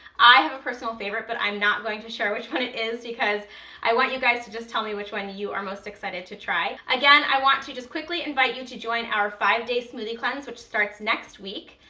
i have a personal favorite, but i'm not going to share which one it is because i want you guys to just tell me which one you are most excited to try. again, i want to just quickly invite you to join our five-day smoothie cleanse which starts next week.